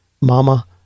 mama